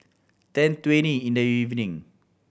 ten twenty in the evening